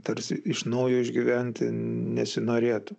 tarsi iš naujo išgyventi nesinorėtų